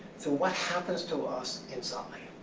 so what happens to us inside?